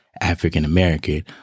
African-American